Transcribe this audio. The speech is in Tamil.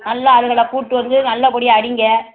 நல்ல ஆட்கள கூட்டு வந்து நல்லபடியாக அடியுங்க